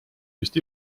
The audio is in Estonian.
vist